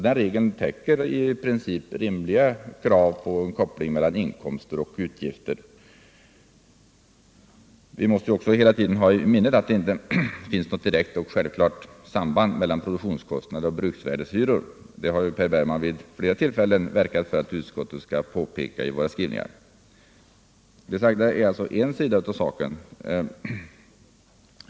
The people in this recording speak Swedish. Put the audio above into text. Den regeln täcker i princip rimliga krav på koppling mellan inkomster och utgifter. Vi måste också hela tiden ha i minnet att det inte finns något direkt och självklart samband mellan produktionskostnader och bruksvärdeshyror — det har herr Bergman vid flera tillfällen verkat för att utskottet skulle påpeka i sina skrivningar. Det sagda är en sida av saken.